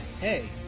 Hey